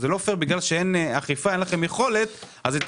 זה לא הוגן שבגלל שאין לכם יכולת אכיפה אז את